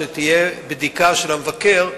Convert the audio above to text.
שתהיה בדיקה של המבקר,